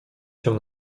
się